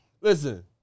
Listen